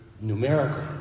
numerically